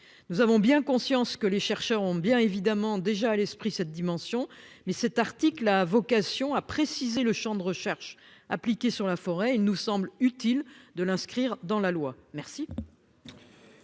Nous avons bien conscience que les chercheurs ont déjà à l'esprit cette dimension, mais cet article ayant vocation à préciser le champ de la recherche appliquée sur la forêt, il nous semble utile d'inscrire cette